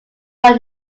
own